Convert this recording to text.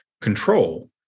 control